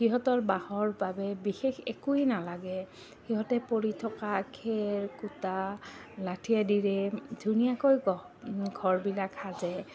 সিহঁতৰ বাঁহৰ বাবে বিশেষ একোৱে নালাগে সিহঁতে পৰি থকা খেৰ কুটা লাঠি আদিৰে ধুনীয়াকৈ ঘৰবিলাক সাজে